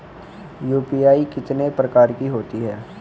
UPI कितने प्रकार की होती हैं?